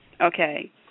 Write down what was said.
Okay